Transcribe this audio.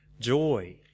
joy